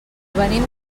venim